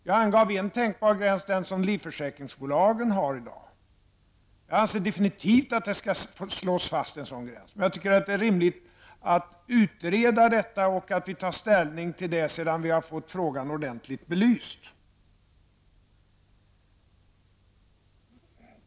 Jag angav en tänkbar gräns och det är den som bilförsäkringsbolagen har i dag. Jag anser absolut att en sådan gräns skall slås fast. Men det är rimligt att vi tar ställning till det efter det att vi har fått frågan ordentligt belyst.